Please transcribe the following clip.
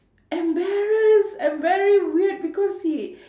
embarrassed and very weird because he